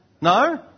No